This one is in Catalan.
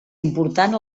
important